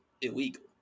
illegal